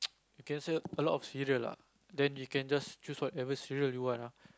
you can say a lot of cereal lah then you can just choose whatever cereal you want lah